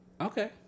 Okay